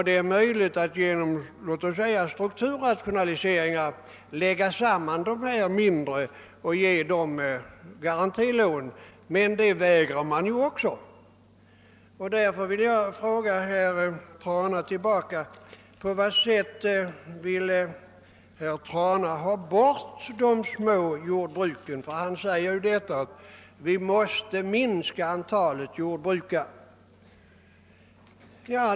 Det är också möjligt att genom strukturrationaliseringar lägga samman mindre gårdar och ge dessa garantilån härtill. Det vägrar man också att göra. Jag frågar därför herr Trana: På vilket sätt vill herr Trana få bort de små jordbruken — ty han säger ju att vi måste minska antalet jordbrukare?